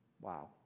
Wow